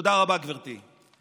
תודה רבה, גברתי.